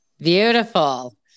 Beautiful